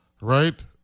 right